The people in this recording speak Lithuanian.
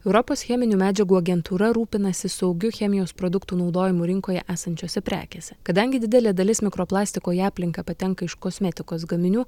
europos cheminių medžiagų agentūra rūpinasi saugiu chemijos produktų naudojimu rinkoje esančiose prekėse kadangi didelė dalis mikroplastiko į aplinką patenka iš kosmetikos gaminių